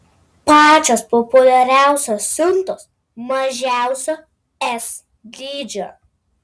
pačios populiariausios siuntos mažiausio s dydžio